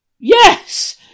Yes